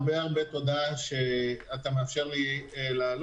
הרבה הרבה תודה שאתה מאפשר לי לעלות.